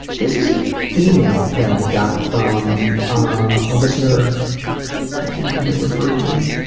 this is an email that i got from ah a listener how does he want to be referred to?